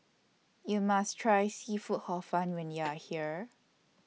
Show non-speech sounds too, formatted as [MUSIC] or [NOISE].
YOU must Try Seafood Hor Fun when [NOISE] YOU Are here